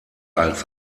als